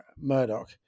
murdoch